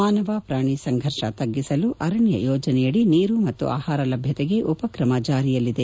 ಮಾನವ ಪ್ರಾಣಿ ಸಂಘರ್ಷ ತಗ್ಗಿಸಲು ಅರಣ್ಯ ಯೋಜನೆಯಡಿ ನೀರು ಮತ್ತು ಆಹಾರ ಲಭ್ಯತೆಗೆ ಉಪಕ್ರಮ ಜಾರಿಯಲ್ಲಿದೆ ಎಂದು ವಿವರಿಸಿದರು